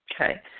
Okay